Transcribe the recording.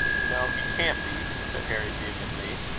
no, he can't be, said harry, vehemently,